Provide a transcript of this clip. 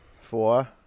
Four